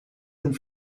and